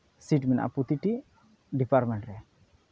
seat ᱢᱮᱱᱟᱜᱼᱟ ᱯᱨᱚᱛᱤᱴᱤ department ᱨᱮ